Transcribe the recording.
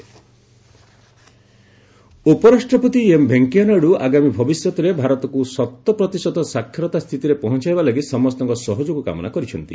VP literacy ଉପରାଷ୍ଟ୍ରପତି M Venkaiah Naidu ଆଗାମୀ ଭବିଷ୍ୟତରେ ଭାରତକୁ ଶତପ୍ରତିଶତ ସାକ୍ଷରତା ସ୍ଥିତିରେ ପହଞ୍ଚାଇବା ଲାଗି ସମସ୍ତଙ୍କ ସହଯୋଗ କାମନା କରିଛନ୍ତି